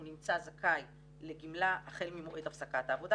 הוא נמצא זכאי לגמלה החל ממועד הפסקת העבודה